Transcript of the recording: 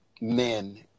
men